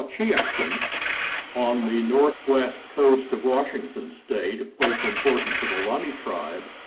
ah xwe'chi'exen on the northwest coast of washington state. a place important to the lummi tribe.